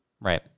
right